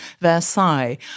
Versailles